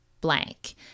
blank